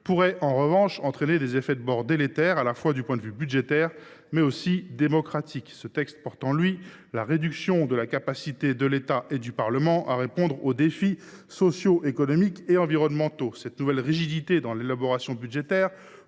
pourrait en revanche entraîner des effets de bord délétères, sur les plans tant budgétaire que démocratique. Ce texte porte en lui la réduction de la capacité de l’État et du Parlement à répondre aux défis socio économiques et environnementaux. Cette nouvelle rigidité introduite dans l’élaboration du budget